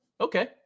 Okay